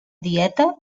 dieta